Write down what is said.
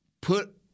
put